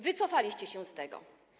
Wycofaliście się z tego.